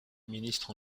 ministre